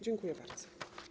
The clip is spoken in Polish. Dziękuję bardzo.